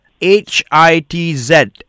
H-I-T-Z